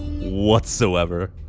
whatsoever